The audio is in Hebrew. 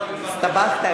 לא, אל תגיד.